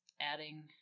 adding